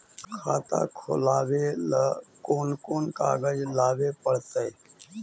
खाता खोलाबे ल कोन कोन कागज लाबे पड़तै?